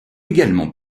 également